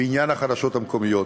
בעניין החדשות המקומיות,